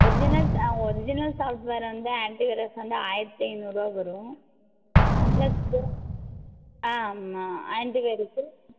original சா original software வந்து antivirus வந்து ஆயிரத்து ஐநூறுரூவா வரும் ப்ளஸ் போ ஆ ஆமாம் ஆன்ட்டிவைரஸூ